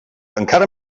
encara